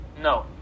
No